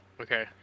Okay